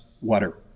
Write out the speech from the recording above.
water